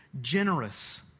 Generous